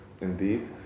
indeed